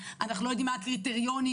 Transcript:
זה בכלל לא הקידום של הסל, 2.1. אנחנו ממשיכים.